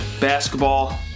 basketball